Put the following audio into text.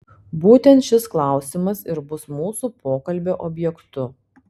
būtent šis klausimas ir bus mūsų pokalbio objektu